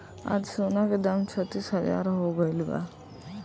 आज सोना के दाम छत्तीस हजार हो गइल बा